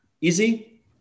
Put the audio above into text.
Easy